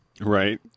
Right